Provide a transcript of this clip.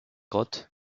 grotte